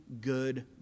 good